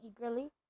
eagerly